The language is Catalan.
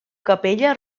capella